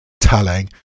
telling